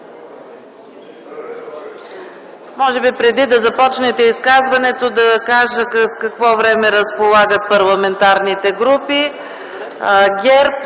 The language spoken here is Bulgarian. Може би преди да започнете изказването си, да кажа с какво време разполагат парламентарните групи: